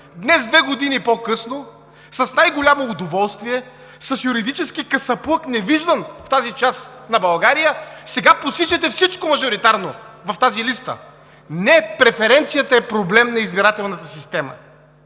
Днес две години по-късно с най-голямо удоволствие, с юридически касаплък, невиждан в тази част на България, сега посичате всичко мажоритарно в тази листа. Не преференцията е проблем на избирателната система,